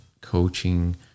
coaching